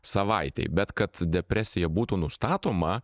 savaitėj bet kad depresija būtų nustatoma